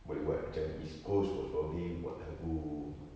boleh buat macam east coast was probably buat lagu